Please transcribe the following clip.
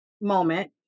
moment